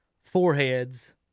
foreheads